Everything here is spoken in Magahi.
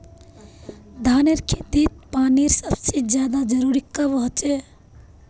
धानेर खेतीत पानीर सबसे ज्यादा जरुरी कब होचे?